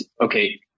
okay